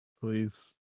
Please